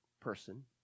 person